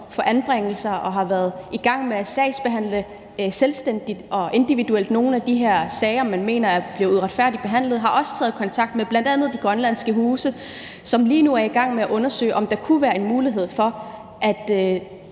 for anbringelser, og hvor man har været i gang med at sagsbehandle nogle af de her sager selvstændigt og individuelt, og hvor man mener, at de er blevet uretfærdigt behandlet, har taget kontakt med bl.a. De Grønlandske Huse, som lige nu er i gang med at undersøge, om der kunne være en mulighed for at